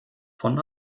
von